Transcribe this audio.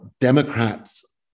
Democrats